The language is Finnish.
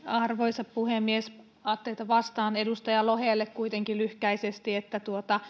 arvoisa puhemies ajattelin että vastaan edustaja lohelle kuitenkin lyhkäisesti että